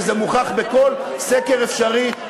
וזה מוכח בכל סקר אפשרי,